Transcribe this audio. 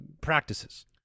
practices